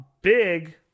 big